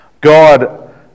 God